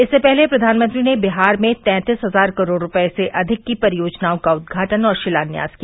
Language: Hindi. इससे पहले प्रधानमंत्री ने बिहार में तैतीस हजार करोड़ रूपये से अधिक की परियोजनाओं का उद्घाटन और शिलान्यास किया